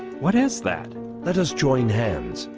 what is that let us join hands,